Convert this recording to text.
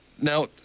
Now